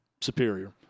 superior